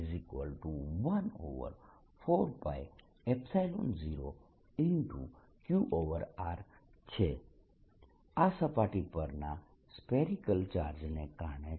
qr છે આ સપાટી પરના સ્ફેરિકલ ચાર્જને કારણે છે